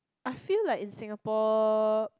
I feel like in Singapore